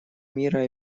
мира